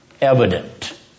evident